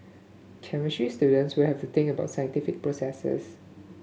chemistry students will have to think about scientific processes